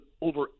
over